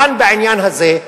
כאן, בעניין הזה,